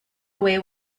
away